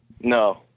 No